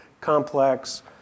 complex